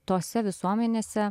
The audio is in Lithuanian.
tose visuomenėse